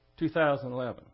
2011